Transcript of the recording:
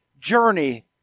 journey